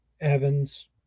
Evans